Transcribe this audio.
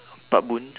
pak bun